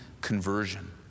conversion